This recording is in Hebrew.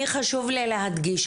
אני חשוב לי להדגיש,